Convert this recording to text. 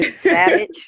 Savage